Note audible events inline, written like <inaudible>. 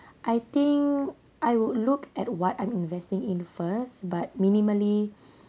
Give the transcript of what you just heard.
<breath> I think I would look at what I'm investing in first but minimally <breath>